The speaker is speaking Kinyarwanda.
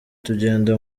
tugenda